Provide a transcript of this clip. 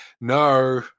No